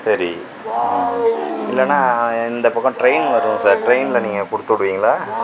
சரி இல்லைனா இந்த பக்கம் ட்ரெயின் வரும் சார் ட்ரெயினில் நீங்கள் கொடுத்து விடுவிங்களா